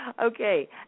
Okay